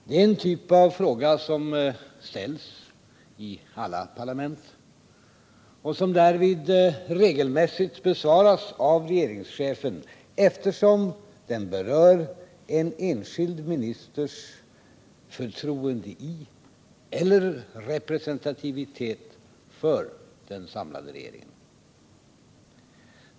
Det är en typ av fråga som ställs i alla parlament och som därvid regelmässigt besvaras av regeringschefen, eftersom den berör en enskild ministers förtroende i eller representativitet för den samlade regeringen.